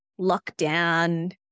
lockdown